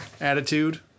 attitude